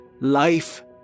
life